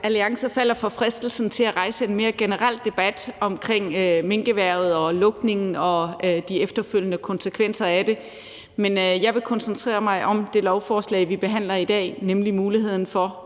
Alliance falder for fristelsen til at rejse en mere generel debat om minkerhvervet og lukningen og de efterfølgende konsekvenser af det. Men jeg vil koncentrere mig om det lovforslag, vi behandler i dag, nemlig muligheden for